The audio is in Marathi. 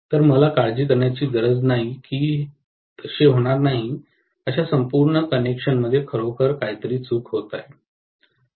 तर मला काळजी करण्याची गरज नाही की तसे होणार नाही अशा संपूर्ण कनेक्शनमध्ये खरोखर काहीतरी चूक होत आहे